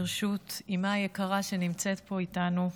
ברשות אימה היקרה, שנמצאת פה איתנו,